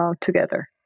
together